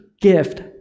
gift